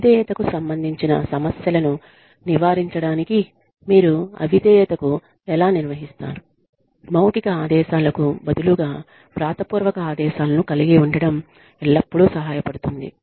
అవిధేయతకు సంబంధించిన సమస్యలను నివారించడానికి మీరు అవిధేయతకు ఎలా నిర్వహిస్తారు మౌఖిక ఆదేశాలకు బదులుగా వ్రాతపూర్వక ఆదేశాలను కలిగి ఉండటం ఎల్లప్పుడూ సహాయపడుతుంది